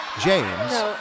James